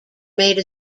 made